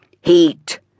heat